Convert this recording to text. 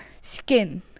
skin